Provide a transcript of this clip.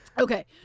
Okay